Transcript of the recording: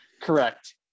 Correct